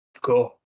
cool